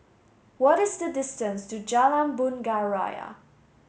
what is the distance to Jalan Bunga Raya